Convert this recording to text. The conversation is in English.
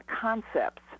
concepts